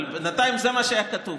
אבל בינתיים זה מה שהיה כתוב.